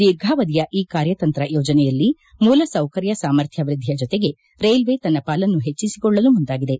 ದೀರ್ಘಾವಧಿಯ ಈ ಕಾರ್ಯತಂತ್ರ ಯೋಜನೆಯಲ್ಲಿ ಮೂಲಸೌಕರ್ಯ ಸಾಮರ್ಥ್ಯ ವೃದ್ಧಿಯ ಜೊತೆಗೆ ರೈಲ್ವೆ ತನ್ನ ಪಾಲನ್ನು ಹೆಜ್ವಿಸಿಕೊಳ್ಳಲು ಮುಂದಾಗಿದೆ